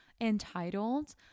entitled